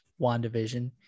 WandaVision